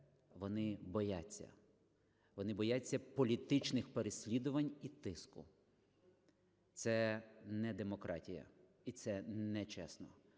Вони бояться, вони бояться політичних переслідувань і тиску. Це не демократія і це нечесно.